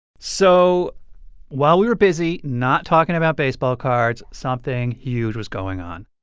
so while we were busy not talking about baseball cards, something huge was going on.